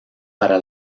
para